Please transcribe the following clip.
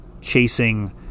chasing